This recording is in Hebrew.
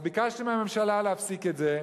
אז ביקשתי מהממשלה להפסיק את זה,